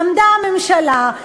עמדה הממשלה,